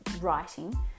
writing